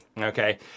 Okay